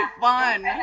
fun